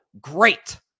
great